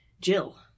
Jill